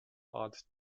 art